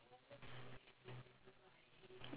oh ya ya ya ya ya okay okay